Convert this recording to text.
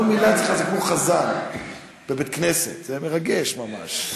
כל מילה אצלך זה כמו חזן בבית-כנסת, זה מרגש ממש.